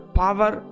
power